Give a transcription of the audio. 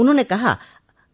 उन्होंने कहा